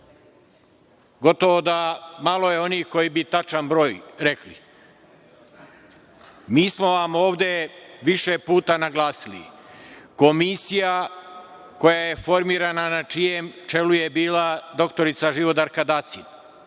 gotovo da je malo onih koji bi tačan broj rekli. Mi smo vam ovde više puta naglasili, komisija koja je formirana, na čijem čelu je bila doktorka Živodarka Dacin